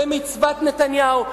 במצוות נתניהו,